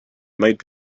might